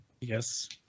Yes